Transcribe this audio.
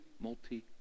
multi